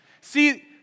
see